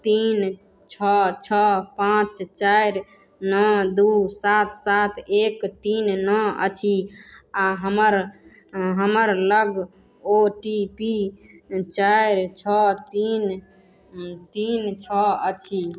तीन छओ छओ पाँच चारि नओ दू सात सात एक तीन नओ अछि आ हमर हमर लग ओ टी पी चारि छओ तीन तीन छओ अछि